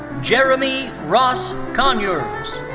jeremy ross conyers.